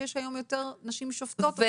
שבהם יש היום יותר נשים שהן שופטות מאשר גברים.